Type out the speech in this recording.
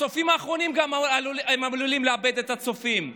הם עלולים לאבד גם את הצופים האחרונים.